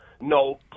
no